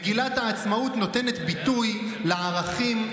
מגילת העצמאות נותנת ביטוי לערכים,